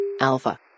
Alpha